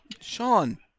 Sean